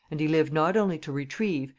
and he lived not only to retrieve,